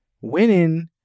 winning